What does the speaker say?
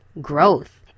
growth